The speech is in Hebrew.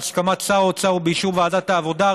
בהסכמת שר האוצר ובאישור ועדת העבודה,